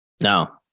no